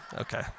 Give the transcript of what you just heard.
okay